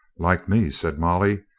like me, said molly,